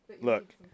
Look